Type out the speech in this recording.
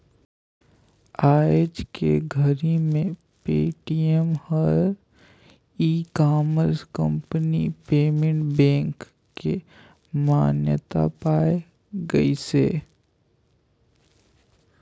आयज के घरी मे पेटीएम हर e commerce company payment bank के मान्यता पाए गइसे